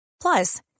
Plus